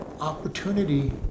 opportunity